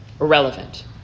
irrelevant